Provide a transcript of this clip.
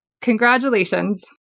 Congratulations